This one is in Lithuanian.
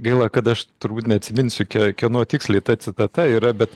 gaila kad aš turbūt neatsiminsiu kieno tiksliai ta citata yra bet